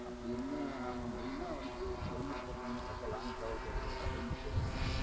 அப்படி இருந்தும் நம்ம மெயினாக வந்து ஹெல்மெட் போட்டுக்கணும் ரொம்ப லாங்க் ட்ராவல் போகிறதா இருந்தால் ஹெல்மெட் போட்டுக்கணும்